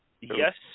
Yes